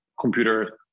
computer